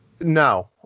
no